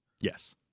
yes